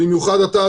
במיוחד אתה,